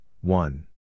one